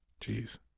Jeez